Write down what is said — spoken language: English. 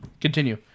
continue